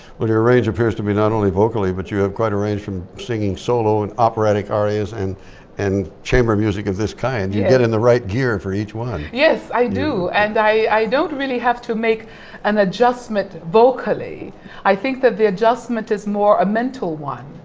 well your range appears to be not only vocally but you have quite a range from singing solo and operatic arias and and chamber music of this kind you get in the right gear for each one yes, yes i do and i, i don't really have to make an adjustment vocally i think that the adjustment is more a mental one